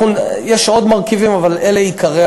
יש עוד מרכיבים, אבל אלה עיקרי